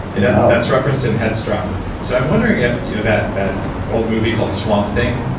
and that's ah that's referenced in headstrong so i'm wondering if you know that that old movie called swamp thing.